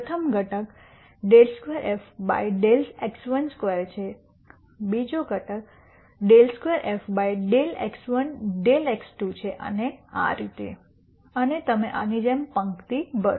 પ્રથમ ઘટક ∂2 f ∂x12 છે બીજો ઘટક ∂2 f ∂x1 ∂x2 છે અને આ રીતે અને તમે આની જેમ પંક્તિ ભરો